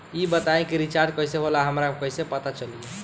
ई बताई कि रिचार्ज कइसे होला हमरा कइसे पता चली?